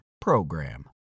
PROGRAM